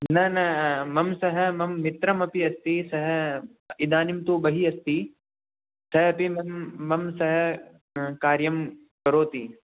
न न मम सह मम मित्रम् अपि अस्ति सः इदानीं तु बहि अस्ति सः अपि मम सह कार्यं करोति